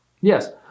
Yes